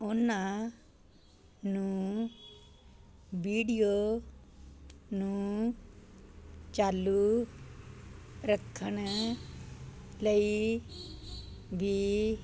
ਉਹਨਾਂ ਨੂੰ ਵੀਡਿਓ ਨੂੰ ਚਾਲੂ ਰੱਖਣ ਲਈ ਵੀ